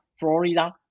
Florida